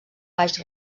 baix